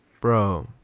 Bro